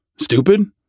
Stupid